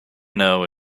know